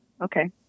okay